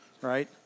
right